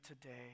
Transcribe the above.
today